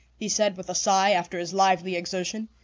he said with a sigh after his lively exertion.